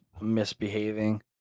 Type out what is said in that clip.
misbehaving